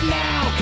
now